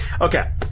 Okay